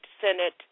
Senate